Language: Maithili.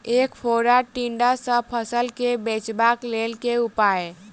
ऐंख फोड़ा टिड्डा सँ फसल केँ बचेबाक लेल केँ उपाय?